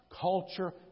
culture